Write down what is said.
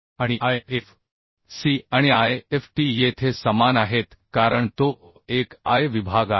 आणि I f c आणि I f t येथे समान आहेत कारण तो एक I विभाग आहे